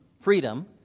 freedom